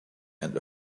and